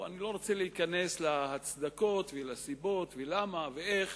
אני לא רוצה להיכנס להצדקות, לסיבות ולמה ואיך.